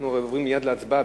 אנחנו הרי עוברים מייד להצבעה,